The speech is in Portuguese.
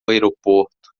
aeroporto